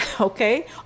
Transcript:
okay